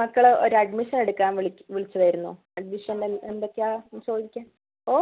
മക്കളെ ഒരു അഡ്മിഷൻ എടുക്കാൻ വിളിച്ചതായിരുന്നു അഡ്മിഷന് എന്തൊക്കെയാണ് ചോദിക്കുക ഓ